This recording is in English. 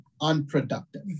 unproductive